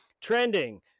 trending